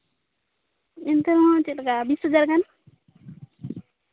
ᱮᱱᱛᱮᱨᱮᱦᱚᱸ ᱪᱮᱫᱞᱮᱠᱟ ᱵᱤᱥ ᱦᱟᱡᱟᱨ ᱜᱟᱱ